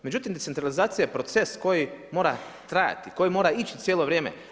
Međutim, decentralizacija je proces koji mora trajati, koji mora ići cijelo vrijeme.